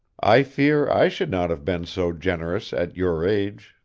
i fear i should not have been so generous at your age,